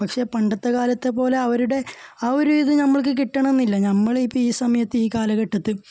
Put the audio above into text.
പക്ഷെ പണ്ടത്തെക്കാലത്തെ പോലെ അവരുടെ ആ ഒരു ഇത് നമ്മൾക്ക് കിട്ടണമെന്നില്ല നമ്മൾ ഇപ്പോൾ ഈ സമയത്ത് ഈ കാലഘട്ടത്തിൽ